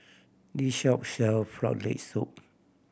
this shop sell Frog Leg Soup